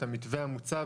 את המתווה המוצע,